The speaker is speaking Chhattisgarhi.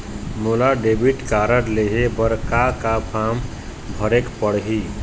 मोला डेबिट कारड लेहे बर का का फार्म भरेक पड़ही?